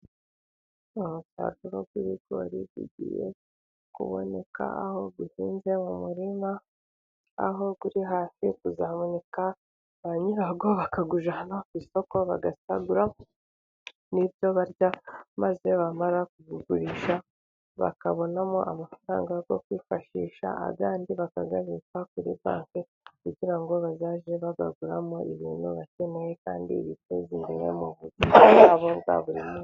Umusaruro w'ibigori bigiye kuboneka, aho bihinze mu muririma, aho uri hafi kuzaboneka ba nyirawo bakawujyana ku isoko bagasagura n'ibyo barya, maze bamara kubigurisha bakabonamo amafaranga yo kwifashisha, andi bakazayabika kuri banki, kugira ngo bazajye bayaguramo ibintu bakeneye, kandi biteza imbere mu buzima bwabo bwa buri munsi.